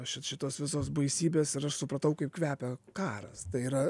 ši šitos visos baisybės ir aš supratau kaip kvepia karas tai yra